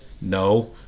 No